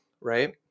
Right